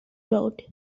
road